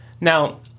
Now